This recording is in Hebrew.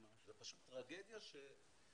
זו פשוט טרגדיה שהיא